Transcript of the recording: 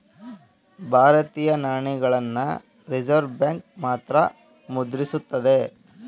ಭಾರತೀಯ ನಾಣ್ಯಗಳನ್ನ Reserve Bank ಮಾತ್ರ ಮುದ್ರಿಸುತ್ತದೆ